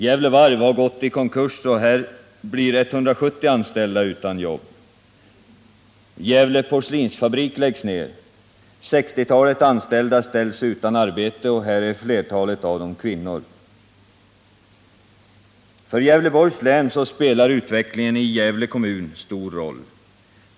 Gävle Varv har gått i konkurs, och här blir 170 anställda utan arbete. För Gävleborgs län spelar utvecklingen i Gävle stor roll.